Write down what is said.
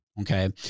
okay